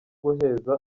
guheza